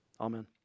amen